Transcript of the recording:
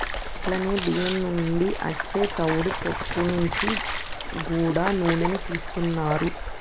గట్లనే బియ్యం నుండి అచ్చే తవుడు పొట్టు నుంచి గూడా నూనెను తీస్తున్నారు